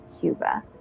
Cuba